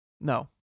No